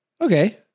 okay